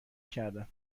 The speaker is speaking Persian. کردم